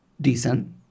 decent